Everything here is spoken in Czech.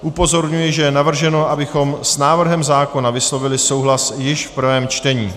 Upozorňuji, že je navrženo, abychom s návrhem zákona vyslovili souhlas již v prvém čtení.